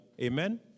amen